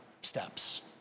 steps